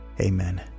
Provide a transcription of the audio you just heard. amen